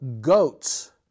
goats